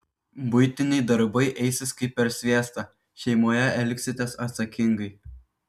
buitiniai darbai eisis kaip per sviestą šeimoje elgsitės atsakingai